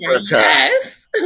Yes